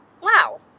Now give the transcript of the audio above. wow